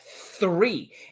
three